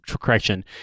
correction